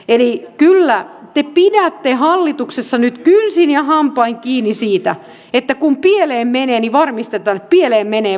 eli kyllä te pidätte hallituksessa nyt kynsin ja hampain kiinni siitä että kun pieleen menee niin varmistetaan että pieleen menee varmasti